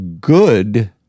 good